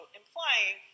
implying